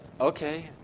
okay